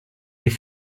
die